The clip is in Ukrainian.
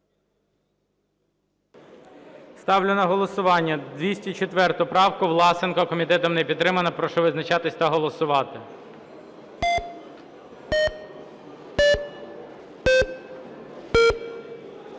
Ставлю на голосування 204 правку Власенка. Комітетом не підтримана. Прошу визначатись та голосувати.